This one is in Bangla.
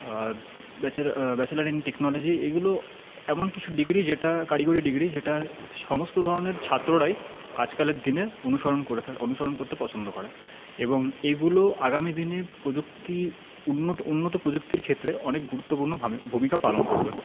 ব্যাচেলার ইন টেকনোলজি এগুলো এমন কিছু ডিগ্রি যেটা কারিগরী ডিগ্রি যেটা সমস্ত ধরনের ছাত্ররাই আজকালের দিনে অনুসরণ করে থাকে অনুসরণ করতে পছন্দ করে এবং এগুলো আগামী দিনে প্রযুক্তি উন্নত উন্নত প্রযুক্তির ক্ষেত্রে অনেক গুরুত্বপূর্ণ ভূমিকা পালন করবে